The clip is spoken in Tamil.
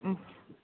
ம்